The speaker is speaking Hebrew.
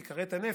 תיכרת הנפש.